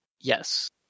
yes